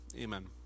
Amen